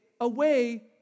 away